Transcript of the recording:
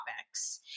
topics